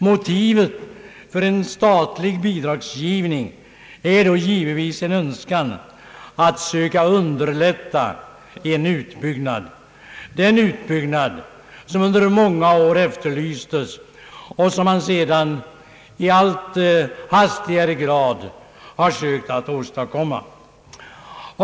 Motivet för en statlig bidragsgivning är då givetvis önskan att söka underlätta en utbyggnad, den utbyggnad som under många år efterlystes och som man sedan i allt hastigare takt har sökt att åstadkomma.